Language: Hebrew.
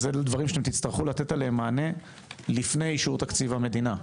אלו דברים שתצטרכו לתת עליהם מענה לפני אישור תקציב המדינה.